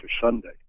Sunday